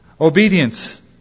Obedience